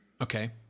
Okay